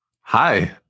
hi